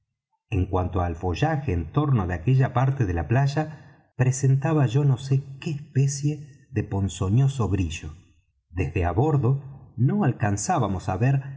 en cuanto al follaje en torno de aquella parte de la playa presentaba yo no sé qué especie de ponzoñoso brillo desde á bordo no alcanzábamos á ver